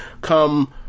come